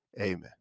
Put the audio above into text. Amen